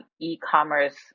e-commerce